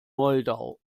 moldau